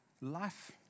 life